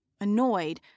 Annoyed